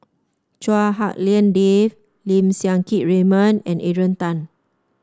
Chua Hak Lien Dave Lim Siang Keat Raymond and Adrian Tan